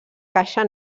caixa